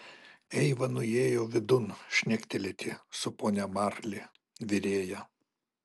eiva nuėjo vidun šnektelėti su ponia marli virėja